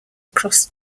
across